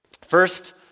First